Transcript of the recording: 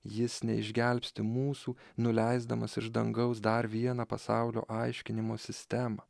jis neišgelbsti mūsų nuleisdamas iš dangaus dar vieną pasaulio aiškinimo sistemą